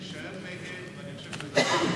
גם הצבעתי נגד, ואני אשאר נגד.